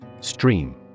Stream